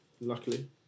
Luckily